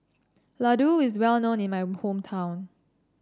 Ladoo is well known in my hometown